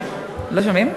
לוועדה לביקורת,